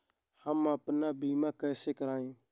हम अपना बीमा कैसे कराए?